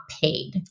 paid